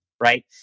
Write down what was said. right